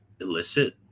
illicit